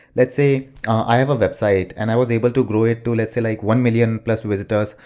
let's say i have a website, and i was able to grow it to let's say like one million visitors,